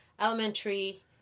elementary